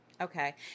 Okay